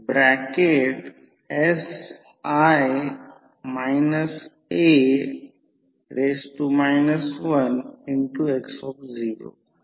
म्हणून volt ampere समान असणे आवश्यक आहे जर V1 I1 V2 I2 असेल तर म्हणून V1 V2 I2 I1 असेल